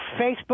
Facebook